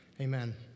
Amen